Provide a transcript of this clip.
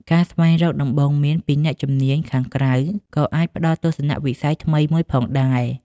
ការស្វែងរកដំបូន្មានពីអ្នកជំនាញខាងក្រៅក៏អាចផ្ដល់ទស្សនៈវិស័យថ្មីមួយផងដែរ។